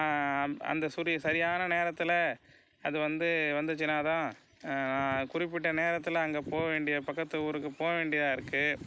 அம் அந்த சுரி சரியான நேரத்தில் அது வந்து வந்துச்சுனா தான் குறிப்பிட்ட நேரத்தில் அங்கே போக வேண்டிய பக்கத்து ஊருக்கு போக வேண்டியதாக இருக்கு